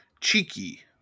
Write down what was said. Cheeky